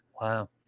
Wow